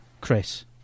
Chris